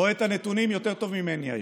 רואה את הנתונים יותר טוב ממני היום.